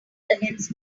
against